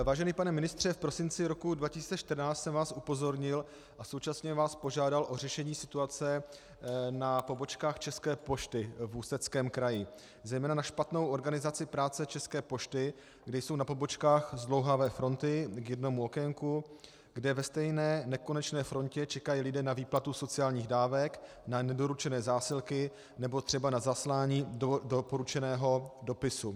Vážený pane ministře, v prosinci 2014 jsem vás upozornil a současně vás požádal o řešení situace na pobočkách České pošty v Ústeckém kraji, zejména na špatnou organizaci práce České pošty, kde jsou na pobočkách zdlouhavé fronty k jednomu okénku, kde ve stejné nekonečné frontě čekají lidé na výplatu sociálních dávek, na nedoručené zásilky nebo třeba na zaslání doporučeného dopisu.